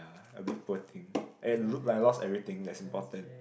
a bit poor thing and look like I lost everything that's important